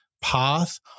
path